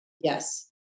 Yes